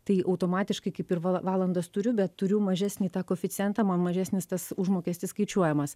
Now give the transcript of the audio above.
tai automatiškai kaip ir va valandas turiu bet turiu mažesnį tą koeficientą ma mažesnis tas užmokestis skaičiuojamas